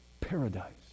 paradise